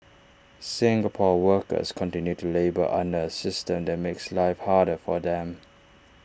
Singapore's workers continue to labour under A system that makes life harder for them